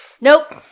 nope